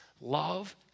love